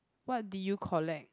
what did you collect